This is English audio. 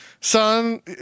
son